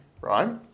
Right